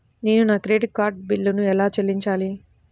నేను నా credit card బిల్లును ఎలా చెల్లించాలీ?